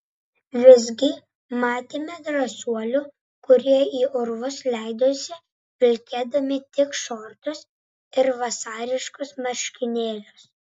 visgi matėme drąsuolių kurie į urvus leidosi vilkėdami tik šortus ir vasariškus marškinėlius